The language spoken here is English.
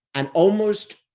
and almost,